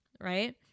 right